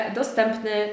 dostępny